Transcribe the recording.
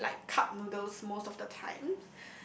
I ate like cup noodles most of the time